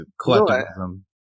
collectivism